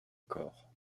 corre